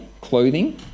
clothing